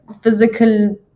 physical